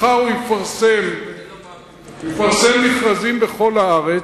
מחר הוא יפרסם מכרזים בכל הארץ.